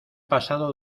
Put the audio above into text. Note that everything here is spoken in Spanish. pasado